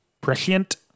Prescient